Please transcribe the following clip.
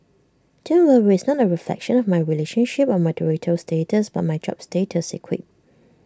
don't worry it's not A reflection of my relationship or marital status but my job status he quipped